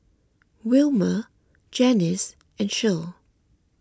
Wilma Janis and Shirl